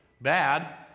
bad